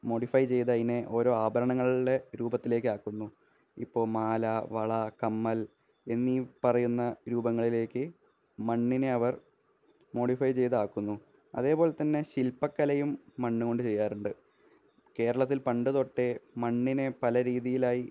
modify ചെയ്ത് അതിനെ ഓരോ ആഭരണങ്ങളുടെ രൂപത്തിലേക്ക് ആക്കുന്നു ഇപ്പോള് മാല വള കമ്മല് എന്നീ പറയുന്ന രൂപങ്ങളിലേക്ക് മണ്ണിനെ അവര് മോഡിഫൈ ചെയ്ത് ആക്കുന്നു അതേപോലെതന്നെ ശില്പകലയും മണ്ണുകൊണ്ട് ചെയ്യാറുണ്ട് കേരളത്തില് പണ്ടു തൊട്ടേ മണ്ണിനെ പല രീതിയിലായി